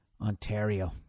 Ontario